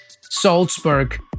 Salzburg